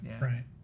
right